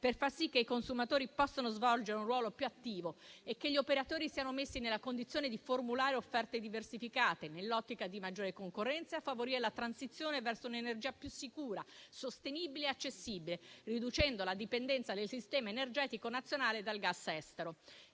per far sì che i consumatori possano svolgere un ruolo più attivo e che gli operatori siano messi nella condizione di formulare offerte diversificate nell'ottica di maggiore concorrenza e favorire la transizione verso un'energia più sicura, sostenibile e accessibile, riducendo la dipendenza del sistema energetico nazionale dal gas estero.